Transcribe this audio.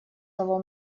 того